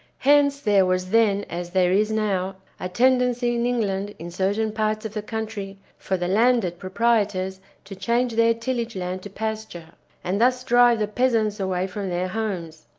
hence there was then, as there is now, a tendency in england, in certain parts of the country, for the landed proprietors to change their tillage land to pasture and thus drive the peasants away from their homes.